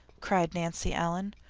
cried nancy ellen.